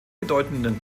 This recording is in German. bedeutenden